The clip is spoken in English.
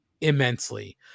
immensely